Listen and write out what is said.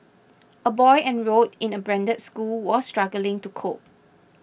a boy enrolled in a branded school was struggling to cope